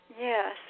Yes